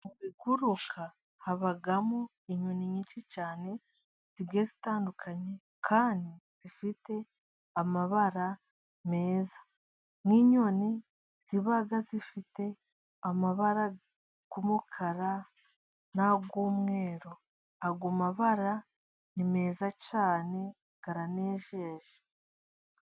Mu biguruka habamo inyoni nyinshi cyane zigiye zitandukanye, kandi zifite amabara meza nk' inyoni ziba zifite amabara: umukara n'ay' umweru ayo mabara ni meza cyane aranejeje.